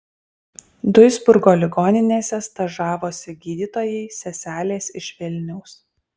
duisburgo ligoninėse stažavosi gydytojai seselės iš vilniaus